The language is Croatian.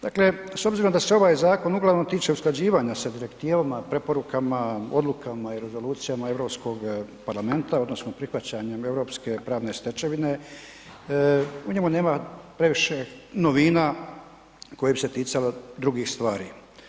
Dakle, s obzirom da se ovaj zakon uglavnom tiče usklađivanja sa direktivama, preporukama, odlukama i rezolucijama Europskog parlamenta odnosno prihvaćanjem Europske pravne stečevine, u njemu nema previše novina koje bi se ticale drugih stvari.